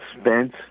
Spence